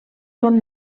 són